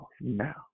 now